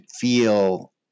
feel